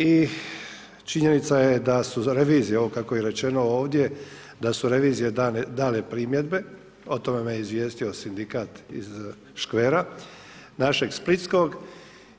I činjenica je da su za revizije, ovo kako je rečeno ovdje, da su revizije dale primjedbe, o tome me izvijestio sindikat iz škvera, našeg splitskog